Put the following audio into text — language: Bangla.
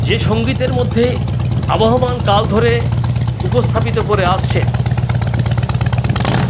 যে সঙ্গীতের মধ্যে আবহমান কাল ধরে উপস্থাপিত করে আসছে